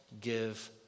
give